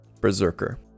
Berserker